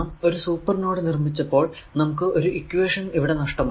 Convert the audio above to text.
നാം ഒരു super node നിർമിച്ചപ്പോൾ നമുക്ക് ഒരു ഇക്വേഷൻ ഇവിടെ നഷ്ടമായി